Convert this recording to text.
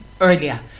earlier